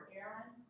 Aaron